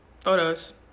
photos